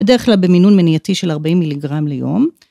בדרך כלל במינון מניעתי של 40 מיליגרם ליום.